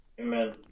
Amen